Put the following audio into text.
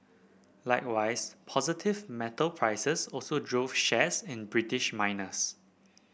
likewise positive metal prices also drove shares in British miners